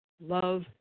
love